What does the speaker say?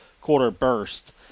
quarter-burst